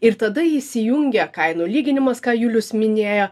ir tada įsijungia kainų lyginimas ką julius minėjo